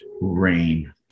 rain